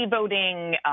voting